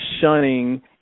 shunning